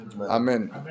Amen